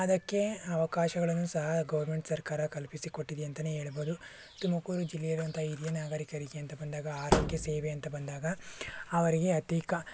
ಅದಕ್ಕೆ ಅವಕಾಶಗಳನ್ನು ಸಹ ಗೋರ್ಮೆಂಟ್ ಸರ್ಕಾರ ಕಲ್ಪಿಸಿ ಕೊಟ್ಟಿದೆ ಅಂತನೇ ಹೇಳ್ಬೊದು ತುಮಕೂರು ಜಿಲ್ಲೆಯಲ್ಲಿರುವಂಥ ಹಿರಿಯ ನಾಗರಿಕರಿಗೆ ಅಂತ ಬಂದಾಗ ಆರೋಗ್ಯ ಸೇವೆ ಅಂತ ಬಂದಾಗ ಅವರಿಗೆ ಅತೀವ